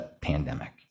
pandemic